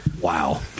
Wow